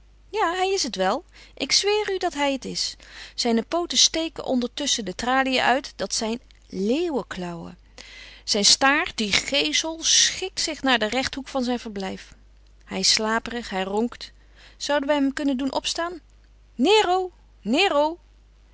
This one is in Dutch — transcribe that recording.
ja hij is het wel ik zweer u dat hij het is zijne pooten steken onder tusschen de traliën uit dat zijn leeuweklauwen zijn staart die geesel schikt zich naar den rechthoek van zijn verblijf hij is slaperig hij ronkt zouden wij hem kunnen doen opstaan nero nero